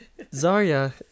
Zarya